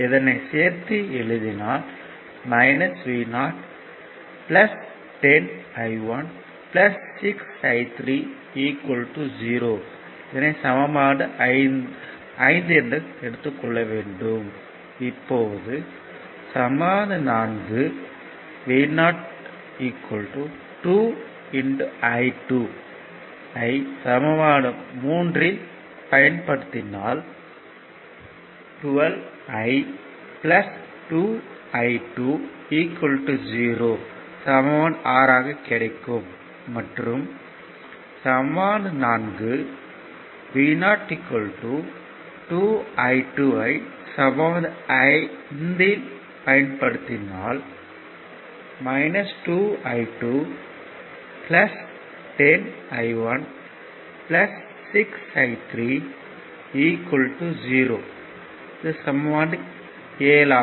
இதனை சேர்த்து எழுதினால் Vo 10 I1 6 I3 0 சமன்பாடு 4 Vo 2 I2 ஐ சமன்பாடு 3 இல் பயன்படுத்தினால் 12 I 2 I2 100 மற்றும் சமன்பாடு 4 Vo 2 I2 ஐ சமன்பாடு 5 இல் பயன்படுத்தினால் 2 I2 10 I1 6 I3 0 என கிடைக்கும்